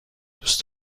دوست